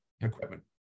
equipment